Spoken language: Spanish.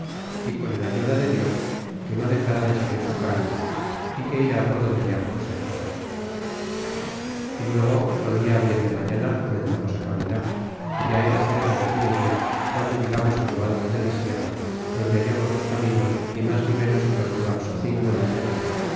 y con el ayuda de dios que no dexará de seguir su camino é que irá por donde le aconsejaban e luego otro dia bien de mañana comenzamos á caminar é ya era cerca de mediodia guando llegamos en lo alto de la sierra donde hallamos los caminos ni mas ni ménos que los de guaxocingo dixéron